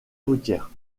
routière